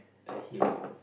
a hero